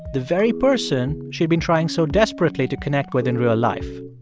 the very person she had been trying so desperately to connect with in real life.